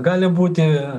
gali būti